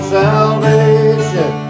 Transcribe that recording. salvation